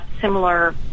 similar